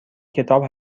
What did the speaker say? کتاب